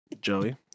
Joey